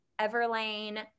Everlane